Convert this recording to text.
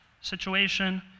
situation